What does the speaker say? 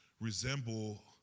resemble